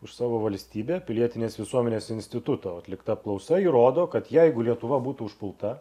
už savo valstybę pilietinės visuomenės instituto atlikta apklausa įrodo kad jeigu lietuva būtų užpulta